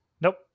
Nope